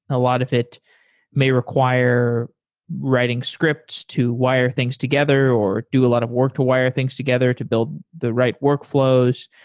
a lot of it may require writing scripts to wire things together or do a lot of work to wire things together to build the right workflows.